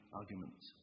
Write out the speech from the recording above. arguments